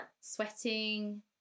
Sweating